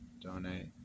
donate